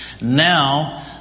now